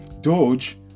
Doge